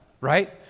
right